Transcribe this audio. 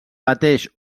pateix